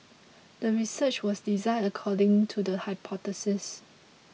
the research was designed according to the hypothesis